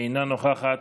אינה נוכחת.